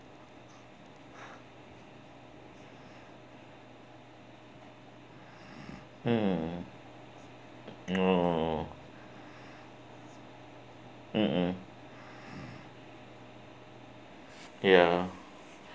mm oh mmhmm ya